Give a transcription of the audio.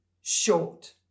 short